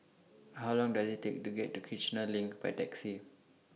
How Long Does IT Take to get to Kiichener LINK By Taxi